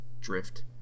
drift